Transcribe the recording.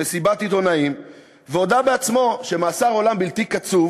מסיבת עיתונאים והודה בעצמו שמאסר עולם בלתי קצוב